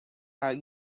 out